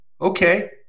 okay